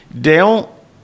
Dale